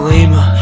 Lima